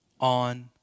on